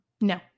no